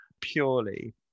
purely